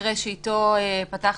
המקרה שאיתו פתחת,